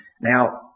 Now